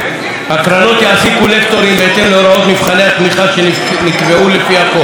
הקרנות יעסיקו לקטורים בהתאם להוראות מבחני התמיכה שנקבעו לפי החוק,